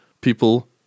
people